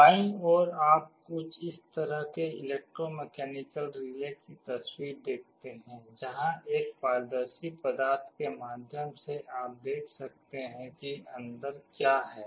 बाईं ओर आप कुछ इस तरह के इलेक्ट्रोकेमिकल रिले की तस्वीरें देखते हैं जहां एक पारदर्शी पदार्थ के माध्यम से आप देख सकते हैं कि अंदर क्या है